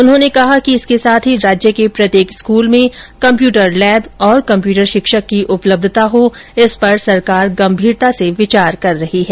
उन्होंने कहा कि इसके साथ ही राज्य के प्रत्येक स्कूल में कम्प्यूटर लैब और कम्प्यूटर शिक्षक की उपलब्धता हो इस पर सरकार गंभीरता से विचार कर रही है